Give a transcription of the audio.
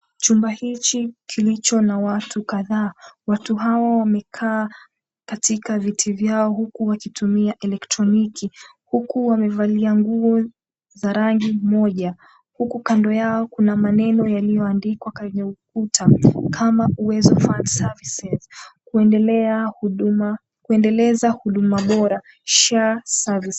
Chumba hiki kilicho na watu kadhaa. Watu hao wamekaa katika viti vyao huku wakitumia elekroniki. Huku wamevalia nguo za rangi moja. Huku kando yao kuna maneno yaliyoandikwa kwenye ukuta kama, Uwezo Fund Services, Kuendeleza Huduma Bora SHA Services.